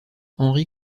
henri